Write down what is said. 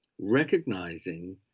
recognizing